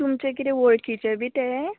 तुमचें कितें वळखीचें बी तें